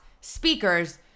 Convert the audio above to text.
speakers